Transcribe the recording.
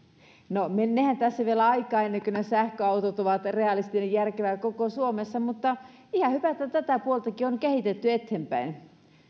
no meneehän tässä vielä aikaa ennen kuin ne sähköautot ovat realistinen ja järkevä koko suomessa mutta ihan hyvä että tätäkin puolta on kehitetty eteenpäin